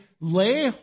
lay